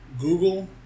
Google